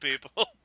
people